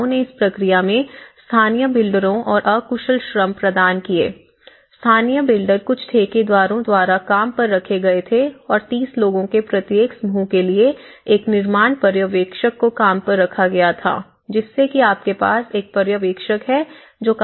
समुदायों ने इस प्रक्रिया में स्थानीय बिल्डरों और अकुशल श्रम प्रदान किए स्थानीय बिल्डर कुछ ठेकेदारों द्वारा काम पर रखे गए थे और 30 लोगों के प्रत्येक समूह के लिए एक निर्माण पर्यवेक्षक को काम पर रखा गया था जिससे कि आपके पास एक पर्यवेक्षक है जो काम को देख रहा है